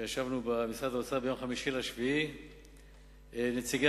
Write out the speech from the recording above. כשישבנו במשרד האוצר ביום 5 ביולי 2009. נציגי